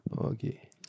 Okay